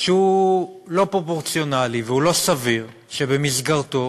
שהוא לא פרופורציונלי, והוא לא סביר, שבמסגרתו